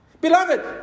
Beloved